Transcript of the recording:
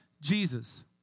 Jesus